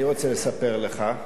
אני רוצה לספר לך,